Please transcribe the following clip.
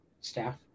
staff